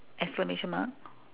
exclamation mark